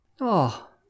Oh